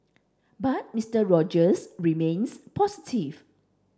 but Mister Rogers remains positive